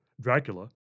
Dracula